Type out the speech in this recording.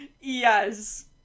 yes